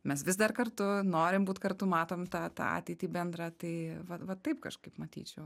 mes vis dar kartu norim būt kartu matom tą tą ateitį bendrą tai va va taip kažkaip matyčiau